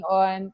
on